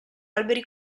alberi